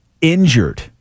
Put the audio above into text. injured